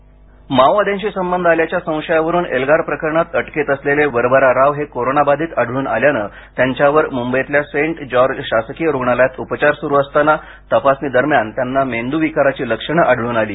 वरवरा राव माओवाद्याशी संबंध आल्याच्या संशयावरून एल्गार प्रकरणातअटकेत असलेले वरवरा राव हे कोरोना बाधित आढळून आल्यानं त्यांच्यावर मुंबईतल्या सेंट जॉर्ज शासकीय रुग्णालयात उपचार सुरु असताना तपासणी दरम्यान त्यांना मेंद्विकाराची लक्षणं आढळून आली